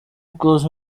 close